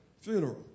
funeral